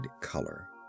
color